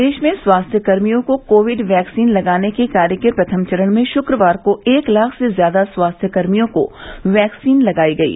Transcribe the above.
प्रदेश में स्वास्थ्य कर्मियों को कोविड वैक्सीन लगाने के कार्य के प्रथम चरण में शुक्रवार को एक लाख से ज्यादा स्वास्थ्य कर्मियों को वैक्सीन लगायी गयी